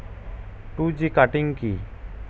Two G cutting কি?